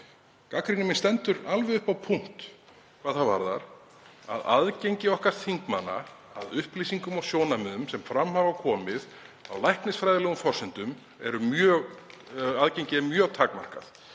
Gagnrýni mín stendur alveg upp á punkt hvað það varðar að aðgengi okkar þingmanna að upplýsingum og sjónarmiðum sem fram hafa komið á læknisfræðilegum forsendum er mjög takmarkað,